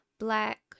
black